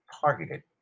targeted